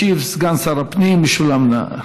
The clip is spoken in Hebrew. ישיב סגן שר הפנים משולם נהרי.